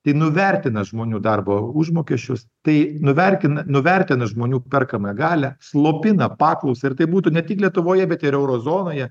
tai nuvertina žmonių darbo užmokesčius tai nuverkina nuvertina žmonių perkamąją galią slopina paklausą ir tai būtų ne tik lietuvoje bet ir euro zonoje